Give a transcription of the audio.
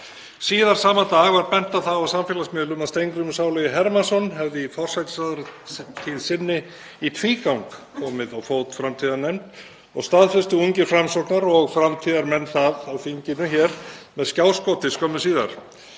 Síðar sama dag var bent á það á samfélagsmiðlum að Steingrímur sálugi Hermannsson hefði í forsætisráðherratíð sinni í tvígang komið á fót framtíðarnefnd og staðfestu ungir Framsóknar- og framtíðarmenn það á þinginu hér með skjáskoti skömmu síðar.